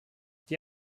die